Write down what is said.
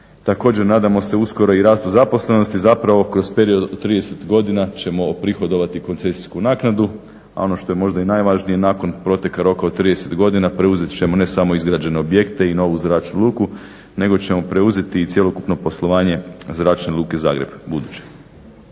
Također nadamo se uskoro i rastu zaposlenosti, zapravo kroz period od 30 godina ćemo prihodovati koncesijsku naknadu, a ono što je možda i najvažnije, nakon proteka roka od 30 godina preuzet ćemo, ne samo izgrađene objekte i novu zračnu luku, nego ćemo preuzeti i cjelokupno poslovanje Zračne luke Zagreb, buduće.